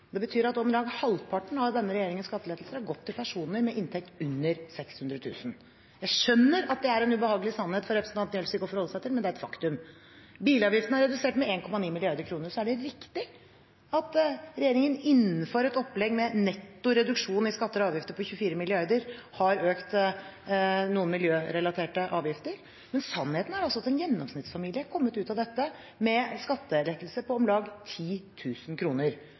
Det betyr at om lag halvparten av denne regjeringens skattelettelser har gått til personer med inntekt under 600 000 kr. Jeg skjønner at det er en ubehagelig sannhet for representanten Gjelsvik å forholde seg til, men det er et faktum. Bilavgiftene er redusert med 1,9 mrd. kr. Det er riktig at regjeringen, innenfor et opplegg med nettoreduksjon i skatter og avgifter på 24 mrd. kr, har økt noen miljørelaterte avgifter, men sannheten er at en gjennomsnittsfamilie er kommet ut av dette med skattelettelser på om lag